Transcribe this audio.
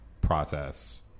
process